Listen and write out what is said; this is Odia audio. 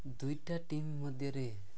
ଦୁଇଟା ଟିମ୍ ମଧ୍ୟରେ